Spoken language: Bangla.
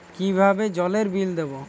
কিভাবে জলের বিল দেবো?